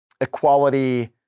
equality